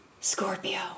Scorpio